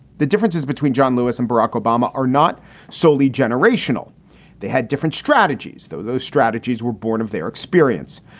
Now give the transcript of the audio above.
the differences between john lewis and barack obama are not solely generational they had different strategies, though those strategies were born of their experience.